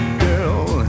girl